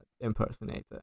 impersonator